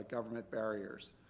government barriers.